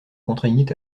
contraignit